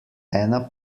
ena